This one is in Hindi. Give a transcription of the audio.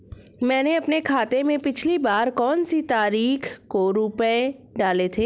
मैंने अपने खाते में पिछली बार कौनसी तारीख को रुपये डाले थे?